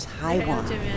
Taiwan